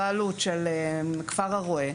הבעלות של כפר הרואה,